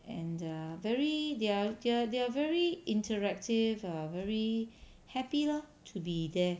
and err very they're they are very interactive err very happy lor to be there